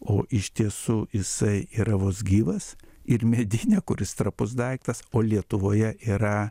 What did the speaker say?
o iš tiesų jisai yra vos gyvas ir medinę kuris trapus daiktas o lietuvoje yra